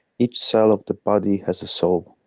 each cell of the body has a soul.